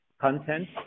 content